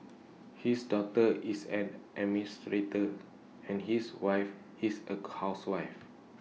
his daughter is an administrator and his wife is A housewife